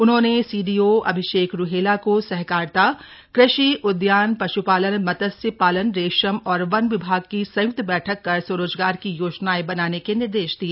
उन्होंने सीडीओ अभिषेक रूहेला को सहकारिता कृषि उद्यान पशुपालन मत्स्य पालन रेशम और वन विभाग की संयुक्त बैठक कर स्वरोजगार की योजनाएं बनाने के निर्देश दिए